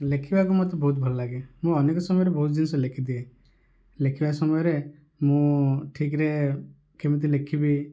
ଲେଖିବାକୁ ମତେ ବହୁତ ଭଲ ଲାଗେ ମୁଁ ଅନେକ ସମୟରେ ବହୁତ ଜିନିଷ ଲେଖିଦିଏ ଲେଖିବା ସମୟରେ ମୁଁ ଠିକ୍ରେ କେମିତି ଲେଖିବି